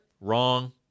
Wrong